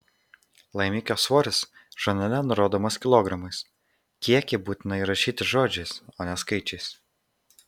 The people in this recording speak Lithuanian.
laimikio svoris žurnale nurodomas kilogramais kiekį būtina įrašyti žodžiais o ne skaičiais